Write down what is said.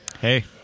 Hey